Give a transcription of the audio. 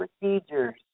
Procedures